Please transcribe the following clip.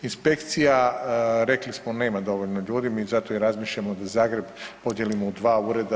Inspekcija, rekli smo, nema dovoljno ljudi, mi zato i razmišljamo da Zagreb podijelimo u dva ureda.